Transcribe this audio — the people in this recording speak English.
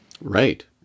Right